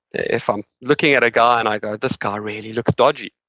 if i'm looking at a guy and i go, this guy really looks dodgy,